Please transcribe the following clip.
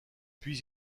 puis